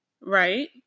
Right